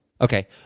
Okay